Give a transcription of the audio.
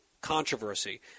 controversy